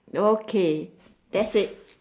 okay that's it